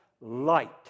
light